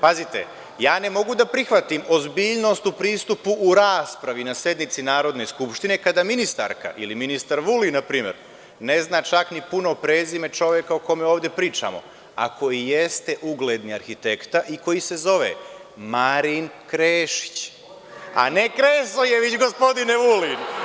Pazite, ja ne mogu da prihvatim ozbiljnost u pristupu u raspravi na sednici Narodne skupštine kada ministarka ili ministar Vulin npr. ne zna čak ni puno prezime čoveka o kome ovde pričamo, a koji jeste ugledni arhitekta i koji se zove Marin Krešić, a ne Kresojević gospodine Vulin.